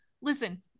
listen